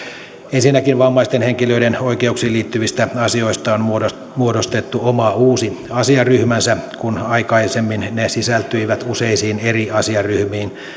ensinnäkin vammaisten henkilöiden oikeuksiin liittyvistä asioista on muodostettu muodostettu oma uusi asiaryhmänsä kun aikaisemmin ne ne sisältyivät useisiin eri asiaryhmiin